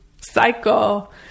cycle